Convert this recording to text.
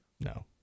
No